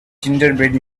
gingerbread